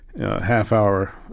half-hour